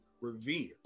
revere